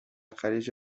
خلیج